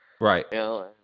Right